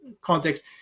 context